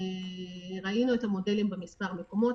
ראינו את המודלים במספר מקומות.